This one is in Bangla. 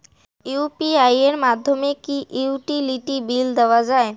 ইউ.পি.আই এর মাধ্যমে কি ইউটিলিটি বিল দেওয়া যায়?